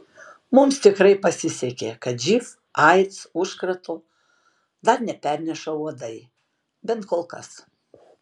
mums tikrai pasisekė kad živ aids užkrato dar neperneša uodai bent kol kas